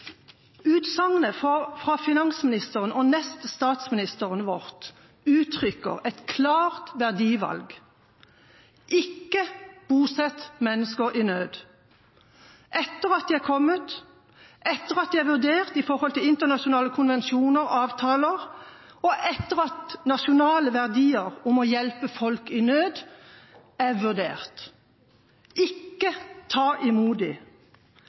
Utsagnet fra finansministeren, som er vår nest-statsminister, uttrykker et klart verdivalg: Ikke bosett mennesker i nød, etter at de er kommet, etter at de er vurdert i forhold til internasjonale konvensjoner og avtaler, og etter at nasjonale verdier om å hjelpe folk i nød er vurdert – ikke ta